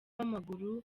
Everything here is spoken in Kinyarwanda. w’amaguru